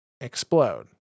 explode